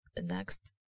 next